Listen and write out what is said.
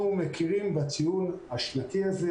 אנחנו מכירים בציון השנתי הזה,